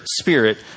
spirit